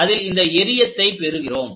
அதில் இந்த எறியத்தை பெறுகிறோம்